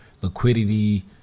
liquidity